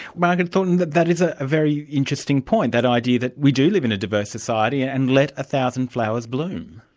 margaret thornton, that that is a very interesting point, that idea that we do live in a diverse society, and let a thousand flowers bloom.